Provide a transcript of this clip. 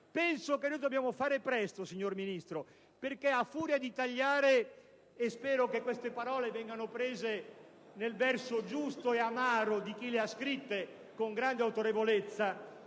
Penso che dovremmo fare presto, signor Ministro, perché a furia di tagliare - e spero che queste parole vengano prese nel verso giusto e amaro di chi le scrisse con grande autorevolezza,